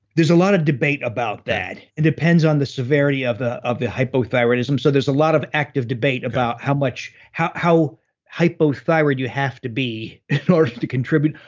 there's a lot of debate about that. it depends on the severity of the of the hypothyroidism, so there's a lot of active debate about how much. how how hypothyroid you have to be in order to contribute.